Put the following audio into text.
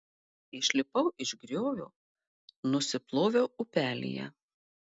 išlipau iš griovio nusiploviau upelyje